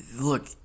look